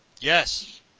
Yes